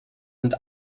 und